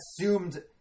assumed